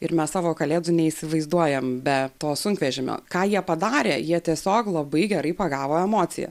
ir mes savo kalėdų neįsivaizduojam be to sunkvežimio ką jie padarė jie tiesiog labai gerai pagavo emociją